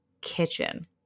kitchen